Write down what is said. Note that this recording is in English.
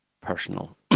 personal